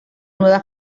nueva